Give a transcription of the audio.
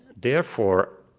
therefore,